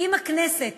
אם הכנסת